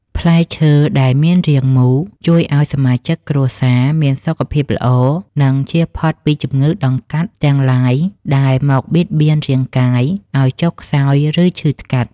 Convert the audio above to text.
ផ្លែឈើដែលមានរាងមូលជួយឱ្យសមាជិកគ្រួសារមានសុខភាពល្អ និង ជៀសផុតពីជំងឺដង្កាត់ទាំងឡាយដែលមកបៀតបៀនរាងកាយឱ្យចុះខ្សោយឬឈឺថ្កាត់។